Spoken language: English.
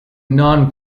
non